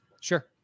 Sure